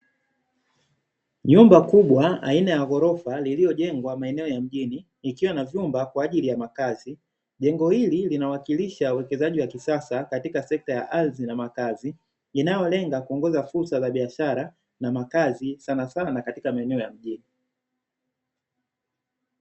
Nyumba kubwa aina ya ghorofa iliyojengwa eneo la mjini, jengo hili linawakilisha uwekezaji wa kisasa katika sekta ya ardhi na makazi, inayolenga kupunguza fursa za biashara na makazi sanasana katika maeneo ya mjini.